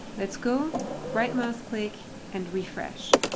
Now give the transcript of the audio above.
let's go right-mouse click and refresh.